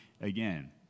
again